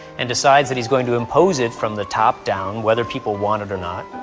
and decides that he's going to impose it from the top down, whether people want it or not.